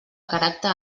caràcter